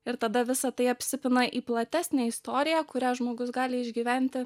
ir tada visa tai apsipina į platesnę istoriją kurią žmogus gali išgyventi